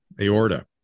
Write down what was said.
aorta